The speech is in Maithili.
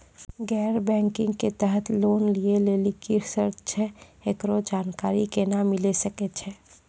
गैर बैंकिंग के तहत लोन लए लेली की सर्त छै, एकरो जानकारी केना मिले सकय छै?